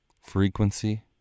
frequency